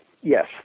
Yes